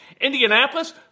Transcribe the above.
Indianapolis